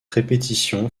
répétition